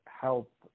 help